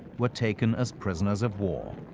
were taken as prisoners of war.